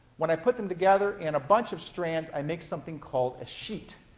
when i put them together in a bunch of strand, i make something called a sheet.